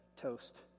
toast